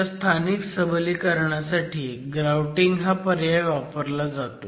अशा स्थानिक सबलीकरणासाठी ग्राउटिंग हा पर्याय वापरला जातो